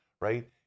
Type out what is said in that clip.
right